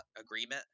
agreement